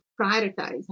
prioritize